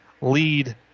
lead